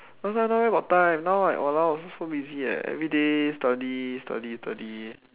where got time now like !walao! so busy leh everyday study study study study